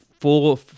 full